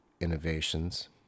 innovations